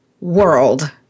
world